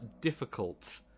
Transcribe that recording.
difficult